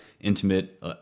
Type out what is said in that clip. intimate